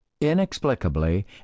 Inexplicably